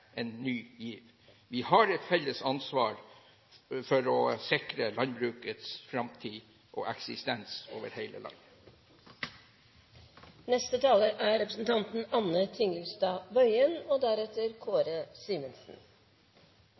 ny giv. Vi har et felles ansvar for å sikre landbrukets framtid og eksistens over hele landet. Senterpartiets program slår fast at den viktigste oppgaven for norsk landbruk er å produsere trygg og